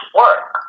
work